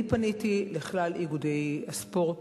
אני פניתי לכלל איגודי הספורט